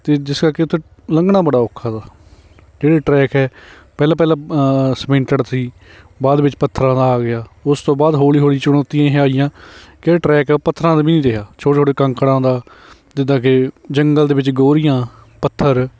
ਅਤੇ ਜਿਸ ਤਰ੍ਹਾਂ ਕਿ ਉੱਥੇ ਲੰਘਣਾ ਬੜਾ ਔਖਾ ਤਾ ਜਿਹੜੇ ਟਰੈਕ ਹੈ ਪਹਿਲਾਂ ਪਹਿਲਾਂ ਸਮਿੰਟਿਡ ਸੀ ਬਾਅਦ ਵਿੱਚ ਪੱਥਰਾਂ ਦਾ ਆ ਗਿਆ ਉਸ ਤੋਂ ਬਾਅਦ ਹੌਲੀ ਹੌਲੀ ਚੁਣੌਤੀਆਂ ਇਹ ਆਈਆਂ ਕਿ ਟਰੈਕ ਪੱਥਰਾਂ ਦਾ ਵੀ ਨਹੀਂ ਰਿਹਾ ਛੋਟੇ ਛੋਟੇ ਕੰਕਰਾਂ ਦਾ ਜਿੱਦਾਂ ਕਿ ਜੰਗਲ ਦੇ ਵਿੱਚ ਗੋਹਰੀਆਂ ਪੱਥਰ